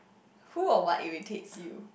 who or what irritates you